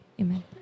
amen